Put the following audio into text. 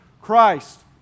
Christ